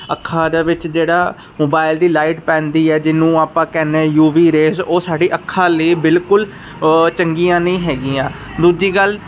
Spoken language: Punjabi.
ਅੱਖਾਂ ਦਾ ਵਿੱਚ ਜਿਹੜਾ ਮੋਬਾਈਲ ਦੀ ਲਾਈਟ ਪੈਂਦੀ ਹੈ ਜਿਹਨੂੰ ਆਪਾਂ ਕਹਿੰਦੇ ਆ ਯੂ ਵੀ ਰੇਸ ਉਹ ਸਾਡੀ ਅੱਖਾਂ ਲਈ ਬਿਲਕੁਲ ਚੰਗੀਆਂ ਨਹੀਂ ਹੈਗੀਆਂ ਦੂਜੀ ਗੱਲ